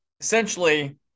essentially